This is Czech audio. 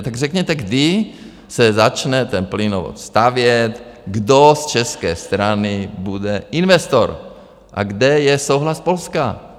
Tak řekněte, kdy se začne ten plynovod stavět, kdo z české strany bude investor a kde je souhlas Polska?